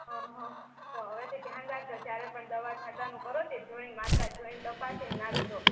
હ હ તો હવે થી ધ્યાન રાખજો જ્યારે પણ દવા છાંટવાનું કરો તે જોઈને માત્રા જોઇને તપાસીને નાંખજો